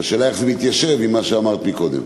השאלה איך זה מתיישב עם מה שאמרת קודם.